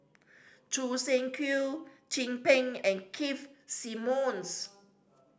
Choo Seng Quee Chin Peng and Keith Simmons